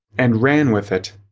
and ran with it.